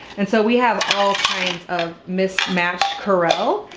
and so we have all kinds of mismatched corelle.